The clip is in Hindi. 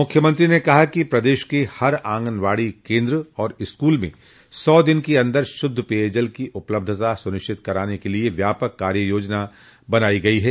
मुख्यमंत्री ने कहा कि प्रदेश के हर ऑगनबाड़ी केन्द और स्कूल में सौ दिन के अन्दर शुद्ध पेयजल की उपलब्धता सुनिश्चित करान के लिए व्यापक कार्ययोजना बनाई गई है